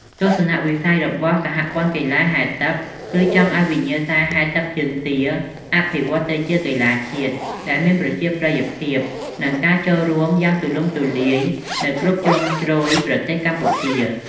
ទស្សនវិស័យរបស់សហព័ន្ធកីឡាហែលទឹកគឺចង់ឲ្យវិញ្ញាសាហែលទឹកជើងទាអភិវឌ្ឍទៅជាកីឡាជាតិ ដែលមានប្រជាប្រិយភាព និងការចូលរួមយ៉ាងទូលំទូលាយនៅគ្រប់ជ្រុងជ្រោយប្រទេសកម្ពុជា។